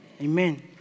Amen